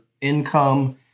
income